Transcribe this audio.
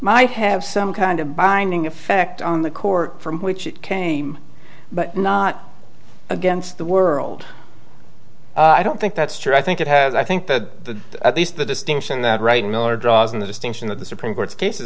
my have some kind of binding effect on the core from which it came but not against the world i don't think that's true i think it has i think that at least the distinction that right miller draws in the distinction that the supreme court's cases